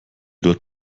dort